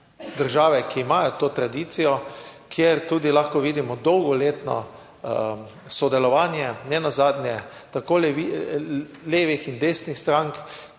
države, ki imajo to tradicijo, kjer tudi lahko vidimo dolgoletno sodelovanje, nenazadnje tako levih in desnih strank,